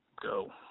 go